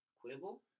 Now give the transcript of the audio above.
Quibble